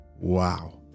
Wow